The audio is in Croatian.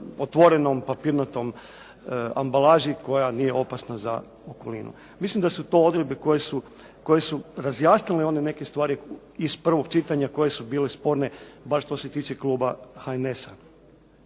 otvorenom papirnatoj ambalaži koja nije opasna za okolinu. Mislim da su to odredbe koje su razjasnile one neke stvari iz prvog čitanja koje su bile sporne bar što se tiče Kluba HNS-a.